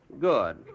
Good